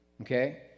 Okay